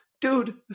dude